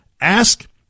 Ask